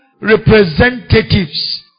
representatives